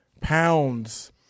pounds